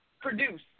produce